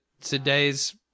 today's